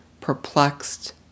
perplexed